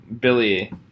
Billy